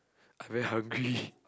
I very hungry